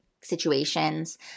situations